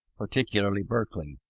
particularly berkeley,